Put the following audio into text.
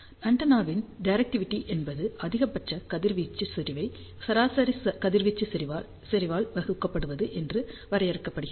ஆண்டெனாவின் டிரெக்டிவிடி என்பது அதிகபட்ச கதிர்வீச்சு செறிவு ஐச் சராசரி கதிர்வீச்சு செறிவால் வகுக்கப்படுவது என வரையறுக்கப்படுகிறது